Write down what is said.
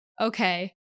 Okay